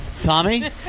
Tommy